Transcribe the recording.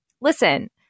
Listen